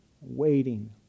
waiting